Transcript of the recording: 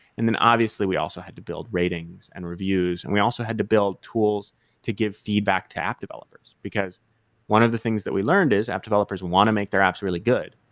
and then, obviously, we also had to build rating and reviews and we also had to build tools to give feedback to app developers, because one of the things that we learned is app developers want to make their apps really good,